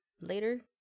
Later